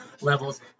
levels